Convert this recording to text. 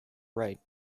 write